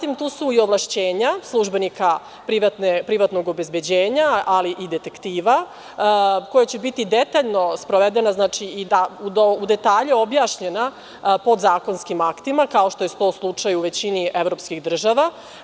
Ovlašćenja službenika privatnog obezbeđenja i detektiva će biti detaljno sprovedena i u detalje objašnjena podzakonskim aktima kao što je to slučaj u većini evropskih država.